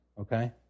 okay